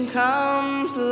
comes